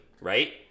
right